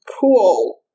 cool